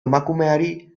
emakumeari